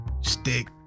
Stick